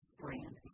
brand